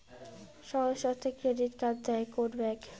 সহজ শর্তে credit card দেয় কোন ব্যাংক?